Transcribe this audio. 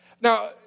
Now